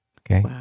Okay